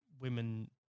women